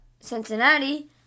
Cincinnati